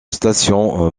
station